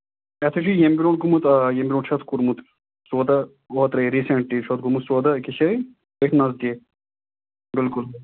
یَتھ حظ چھُ ییٚمہِ برٛونٛہہ گوٚمُت ییٚمہِ برٛونٛٹھ چھُ اَتھ کوٚرمُت سودا اوترَے رِسٮ۪نٹلی چھُ اَتھ گوٚمُت سودا أکِس جایہِ أتھۍ نزدیٖک بِلکُل